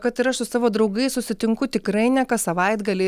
kad ir aš su savo draugais susitinku tikrai ne kas savaitgalį